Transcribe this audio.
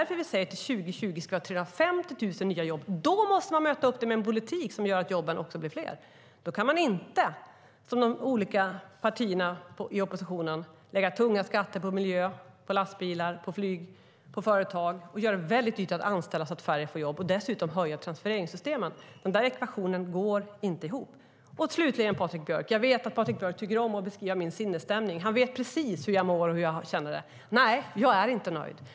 Vi säger att det ska bli 350 000 nya jobb till 2020. Då måste vi möta upp med en politik som gör att jobben blir fler. Då kan man inte som oppositionspartierna lägga tunga skatter på miljö, lastbilar, flyg och företag, göra det dyrt att anställa så att färre får jobb och dessutom höja transfereringssystemen. Den ekvationen går inte ihop. Jag vet att Patrik Björck tycker om att beskriva min sinnestämning. Han vet precis hur jag mår och känner. Nej, jag är inte nöjd.